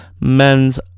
men's